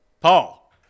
Paul